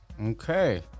Okay